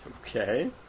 Okay